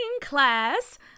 class